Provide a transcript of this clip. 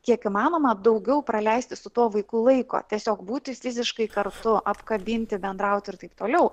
kiek įmanoma daugiau praleisti su tuo vaiku laiko tiesiog būti fiziškai kartu apkabinti bendrauti ir taip toliau